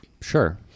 Sure